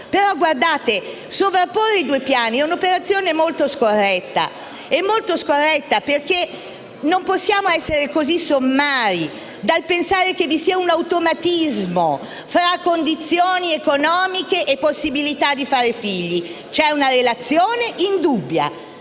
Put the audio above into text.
denatalità. Sovrapporre i due piani è un'operazione molto scorretta, perché non possiamo essere così sommari e pensare che vi sia un automatismo tra condizioni economiche e possibilità di fare figli. C'è una relazione indubbia,